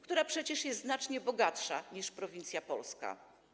która przecież jest znacznie bogatsza niż prowincja polska.